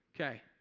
Okay